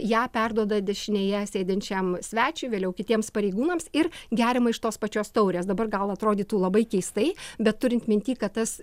ją perduoda dešinėje sėdinčiam svečiui vėliau kitiems pareigūnams ir geriama iš tos pačios taurės dabar gal atrodytų labai keistai bet turint minty kad tas